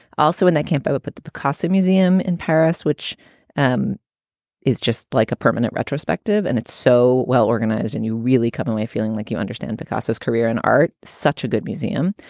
also, when they can't go up, put the picasso museum in paris, which um is is just like a permanent retrospective. and it's so well organized. and you really come away feeling like you understand picasso's career and art. such a good museum.